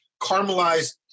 caramelized